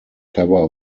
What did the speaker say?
cover